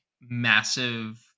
massive